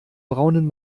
braunen